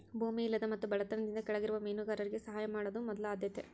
ಭೂಮಿ ಇಲ್ಲದ ಮತ್ತು ಬಡತನದಿಂದ ಕೆಳಗಿರುವ ಮೇನುಗಾರರಿಗೆ ಸಹಾಯ ಮಾಡುದ ಮೊದಲ ಆದ್ಯತೆ